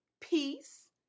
peace